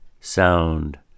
Sound